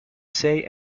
say